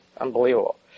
Unbelievable